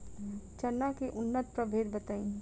चना के उन्नत प्रभेद बताई?